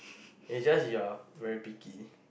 it just you are very picky